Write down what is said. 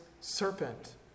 serpent